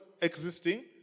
existing